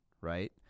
Right